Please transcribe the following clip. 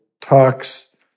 talks